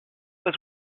was